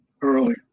early